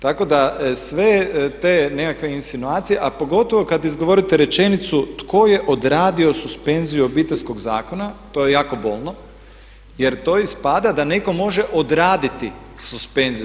Tako da sve te nekakve insinuacije, a pogotovo kad izgovorite rečenicu tko je odradio suspenziju Obiteljskog zakona to je jako bolno jer to ispada da netko može odraditi suspenziju.